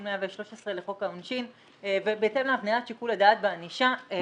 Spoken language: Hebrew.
113 לחוק העונשין ובהתאם להבניית שיקול הדעת בענישה.